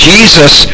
Jesus